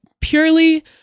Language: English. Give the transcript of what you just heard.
purely